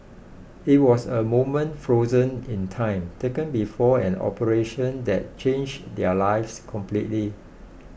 it was a moment frozen in time taken before an operation that changed their lives completely